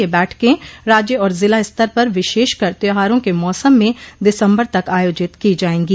ये बैठकें राज्य और जिला स्तर पर विशेषकर त्यौहारों के मौसम में दिसंबर तक आयोजित की जाएंगी